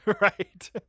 Right